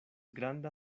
granda